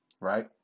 right